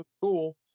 cool